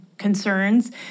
concerns